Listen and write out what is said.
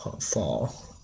fall